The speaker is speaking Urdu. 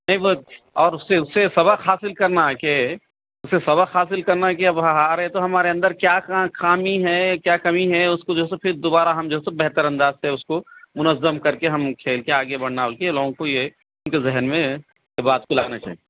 نہیں وہ اور اُس سے اُس سے سبق حاصل کرنا ہے کہ اِسے سبق حاصل کرنا ہے کہ اب ہارے تو ہمارے اندر کیا خامی ہے کیا کمی ہے اُس کو جو ہے سو پھر دوبارہ ہم جو ہے سو بہترانداز سے اُس کو منظّم کر کے ہم کھیل کے آگے بڑھنا ہے بول کے لوگوں کو یہ اُن کے ذہن میں یہ بات کو لانا چاہیے